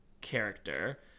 character